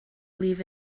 leave